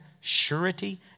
surety